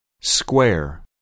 Square